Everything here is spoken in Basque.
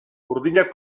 urdinak